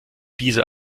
diese